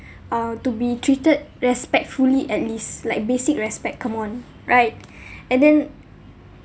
uh to be treated respectfully at least like basic respect come on right and then